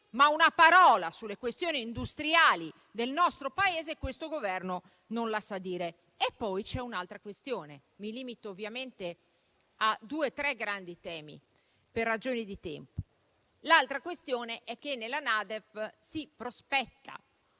ma una parola sulle questioni industriali del nostro Paese questo Governo non la sa dire. Poi c'è un'altra questione (mi limito ovviamente a due, tre grandi temi per ragioni di tempo): nella NADEF si prospetta